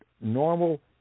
normal